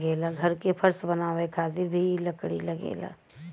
घर के फर्श बनावे खातिर भी इ लकड़ी लगेला